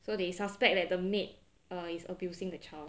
so they suspect that the maid is abusing the child